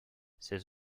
ses